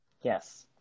Yes